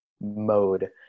mode